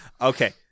Okay